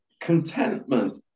contentment